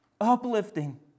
uplifting